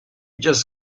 just